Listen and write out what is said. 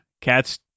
cats